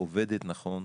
שעובדת נכון,